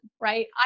right